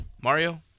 Mario